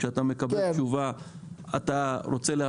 כשאתה מקבל תשובה אתה רוצה להבין אותה